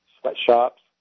sweatshops